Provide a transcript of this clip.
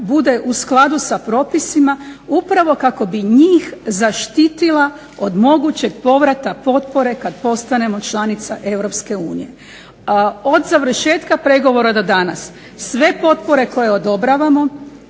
bude u skladu sa propisima upravo kako bi njih zaštitila od mogućeg povrata potpore kad postanemo članica EU. Od završetka pregovora do danas sve potpore koje odobravamo